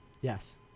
Yes